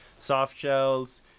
Softshells